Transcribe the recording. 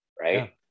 Right